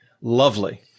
Lovely